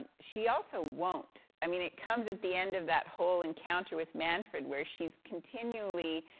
she also won't. i mean, it comes at the end of that whole encounter with manfred, where she's continually